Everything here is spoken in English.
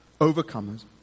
overcomers